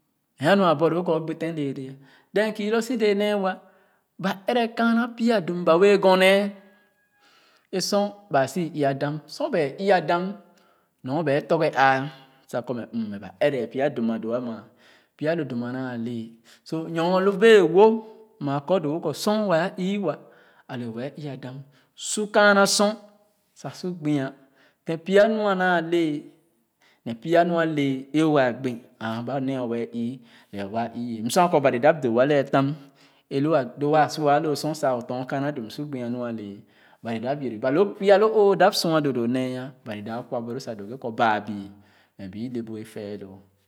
Ɛɛ anua a borloo kɔ o gbi tèn lɛɛlɛ then kii loo si dɛɛ nee wa ba ɛrɛ kaana pya dum ba wɛɛ gu mee é sor ba si ii-ua dam sor ba ii-ya dam nyɔɔ ba forge aa sa kɔ me m ba ɛrɛ pya dum a doo ama pya lo dum anaa le so myɔɔ lo bɛɛ wo maa kɔ doo wo kɔ sor wɛɛ ii-wa ale wɛɛ ii-ya dam sor kaana sor sa su gbɛa ten pya nu a naa le ne pya nu alɛɛ o waa gbi aaba ne wɛɛ ii lɛe̱ wa ii-ye m sua. Bari dap doo a lɛɛ tan aalo a lo waa sor sa o tɔn kaana dun sor gbea nu alɛɛ. Bari dap ɛrɛ ba loo pya lor o dap sua doo doo nee. Bari dap kwa boro sa doo kɔ baa bii le bu efɛɛloo.